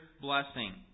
blessing